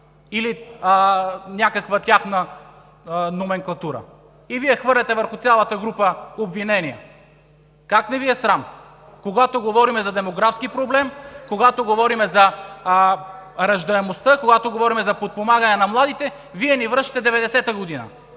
или някаква тяхна номенклатура. Вие хвърляте върху цялата група обвинения. Как не Ви е срам! Когато говорим за демографски проблем, когато говорим за раждаемостта, когато говорим за подпомагане на младите, Вие ни връщате в 90-а година.